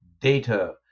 data